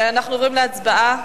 אנחנו עוברים להצבעה.